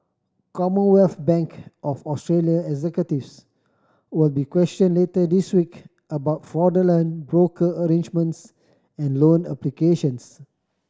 Commonwealth Bank of Australia executives will be questioned later this week about fraudulent broker arrangements and loan applications